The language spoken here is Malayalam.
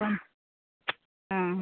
അപ്പം ആ